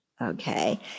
okay